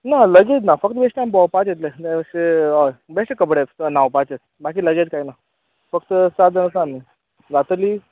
ना लगेज ना फक्त बेश्टें आम भोंवपाचें इतलें अशें हय बेश्टे कपडे न्हांवपाचे बाकी लगेज कांय ना फक्त सात जाण आसा आमी जातलीं